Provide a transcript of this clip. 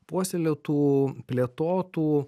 puoselėtų plėtotų